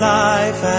life